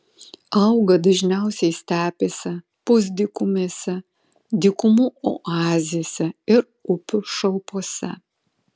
auga dažniausiai stepėse pusdykumėse dykumų oazėse ir upių šalpose